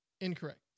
Incorrect